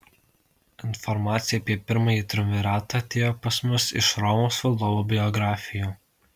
informacija apie pirmąjį triumviratą atėjo pas mus iš romos valdovų biografijų